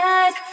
eyes